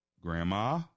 Grandma